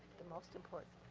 the most important.